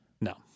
No